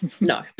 No